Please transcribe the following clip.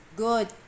good